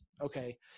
okay